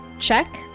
check